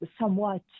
somewhat